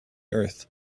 earth